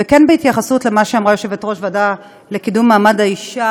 וכן בהתייחסות למה שאמרה יושבת-ראש הוועדה לקידום מעמד האישה,